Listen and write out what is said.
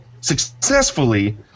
successfully